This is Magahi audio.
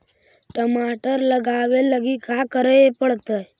टमाटर लगावे लगी का का करये पड़तै?